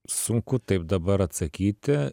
sunku taip dabar atsakyti